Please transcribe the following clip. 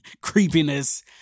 creepiness